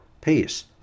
peace